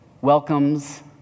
welcomes